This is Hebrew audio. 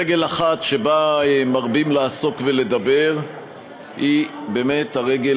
רגל אחת שבה מרבים לעסוק ולדבר היא באמת הרגל